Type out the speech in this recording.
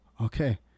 Okay